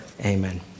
Amen